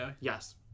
Yes